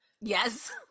Yes